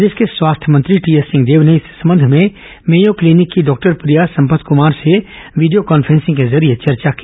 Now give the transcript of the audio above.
प्रदेश के स्वास्थ्य मंत्री टीएस सिंहदेव ने इस संबंध में मेयो क्लीनिक की डॉक्टर प्रिया संपत कमार से वीडियो कांफ्रेंसिंग के जरिये चर्चा की